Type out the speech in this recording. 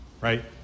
right